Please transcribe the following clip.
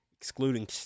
Excluding